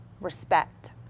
respect